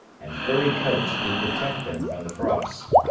and furry coats to protect them from the frost.